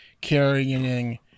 carrying